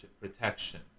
protection